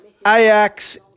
Ajax